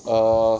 err